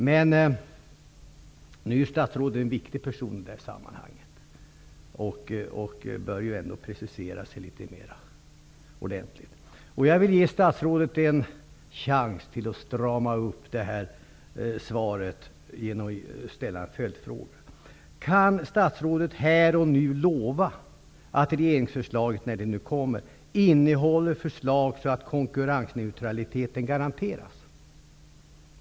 Men nu är statsrådet en viktig person i det här sammanhanget och bör precisera sig. Jag vill ge statsrådet en chans till att strama upp svaret genom att ställa en följdfråga: Kan statsrådet här och nu lova att regeringsförslaget, när det nu kommer, innehåller sådana förslag att konkurrensneutraliteten garanteras?